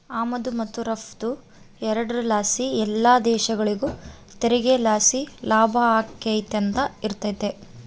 ಆಮದು ಮತ್ತು ರಫ್ತು ಎರಡುರ್ ಲಾಸಿ ಎಲ್ಲ ದೇಶಗುಳಿಗೂ ತೆರಿಗೆ ಲಾಸಿ ಲಾಭ ಆಕ್ಯಂತಲೆ ಇರ್ತತೆ